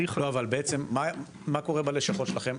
לא, אבל בעצם מה קורה בלשכות שלכם.